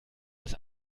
das